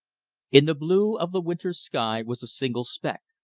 in the blue of the winter's sky was a single speck.